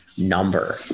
number